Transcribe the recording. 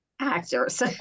actors